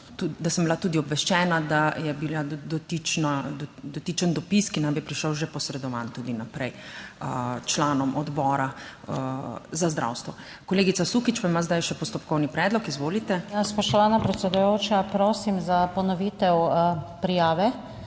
da sem bila tudi obveščena, da je bila dotična, dotičen dopis, ki nam je prišel, že posredovan tudi naprej članom Odbora za zdravstvo. Kolegica Sukič pa ima zdaj še postopkovni predlog, izvolite. NATAŠA SUKIČ (PS Levica): Ja, spoštovana predsedujoča, prosim za ponovitev prijave.